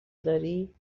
داری